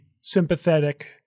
sympathetic